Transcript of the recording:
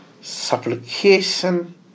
supplication